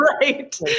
Right